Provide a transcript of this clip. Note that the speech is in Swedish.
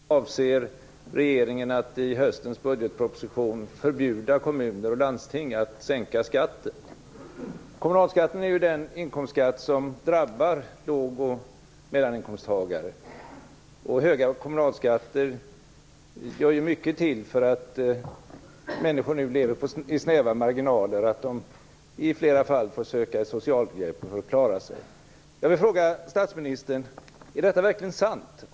Fru talman! Enligt inrikesministern avser regeringen att i höstens budgetproposition förbjuda kommuner och landsting att sänka skatten. Kommunalskatten är ju den inkomstskatt som drabbar låg och mellaninkomsttagare, och höga kommunalskatter gör mycket till för att människor nu lever med snäva marginaler och i flera fall får söka socialhjälp för att klara sig. Jag vill fråga statsministern: Är detta verkligen sant?